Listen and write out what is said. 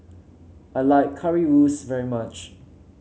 I like Currywurst very much